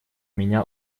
меня